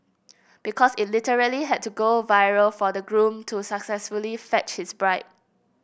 because it literally had to go viral for the groom to successfully fetch his bride